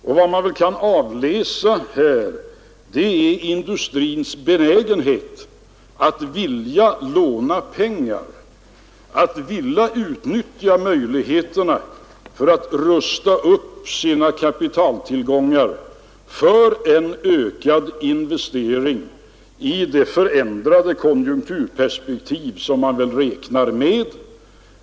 Och vad man här kan avläsa är industrins benägenhet att låna pengar, att vilja utnyttja möjligheterna att rusta upp sina kapitaltillgångar för en ökad investering i det förändrade konjunkturperspektiv som man väl räknar med.